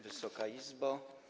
Wysoka Izbo!